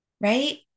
Right